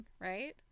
right